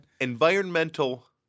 Environmental